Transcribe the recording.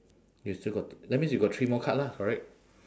you still got that means you got three more card lah correct